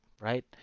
right